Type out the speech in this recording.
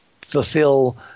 fulfill